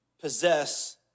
possess